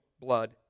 blood